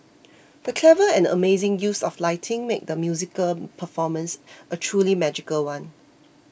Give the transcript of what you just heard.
the clever and amazing use of lighting made the musical performance a truly magical one